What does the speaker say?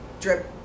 drip